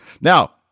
now